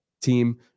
team